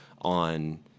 on